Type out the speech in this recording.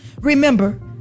Remember